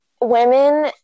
women